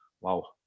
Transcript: Wow